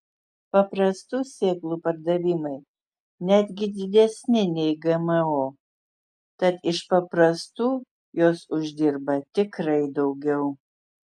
paprastų sėklų pardavimai netgi didesni nei gmo tad iš paprastų jos uždirba tikrai daugiau